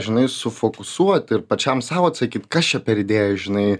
žinai sufokusuot ir pačiam sau atsakyt kas čia per idėja žinai